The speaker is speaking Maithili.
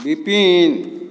विपिन